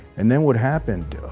and then what happened